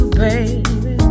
baby